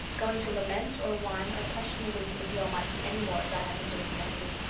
going to lament or whine or question the wisdom of the almighty any more as i have been doing lately.